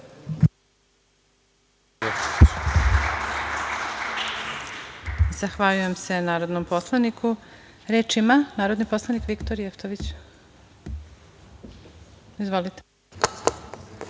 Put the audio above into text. Zahvaljujem se narodnom poslaniku. Reč ima narodni poslanik Viktor Jevtović. **Viktor